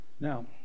Now